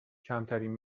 کمترین